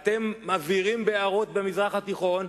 אתם מבעירים בעירות במזרח התיכון,